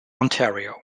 ontario